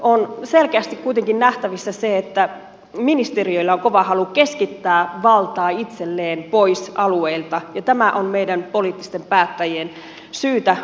on selkeästi kuitenkin nähtävissä se että ministeriöillä on kova halu keskittää valtaa itselleen pois alueilta ja tämä on meidän poliittisten päättäjien syytä huomata